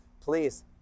please